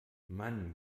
mann